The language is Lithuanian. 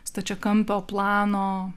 stačiakampio plano